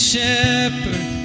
Shepherd